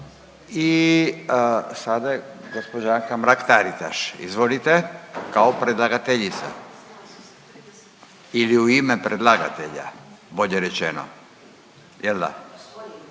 I sada je gospođa Anka Mrak Taritaš, izvolite, kao predlagateljica ili u ime predlagatelja bolje rečeno jel da